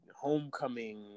homecoming